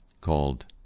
called